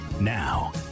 Now